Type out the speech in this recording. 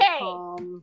okay